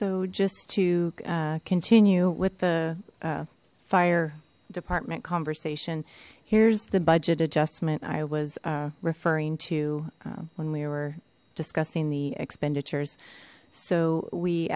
so just to continue with the fire department conversation here's the budget adjustment i was referring to when we were discussing the expenditures so we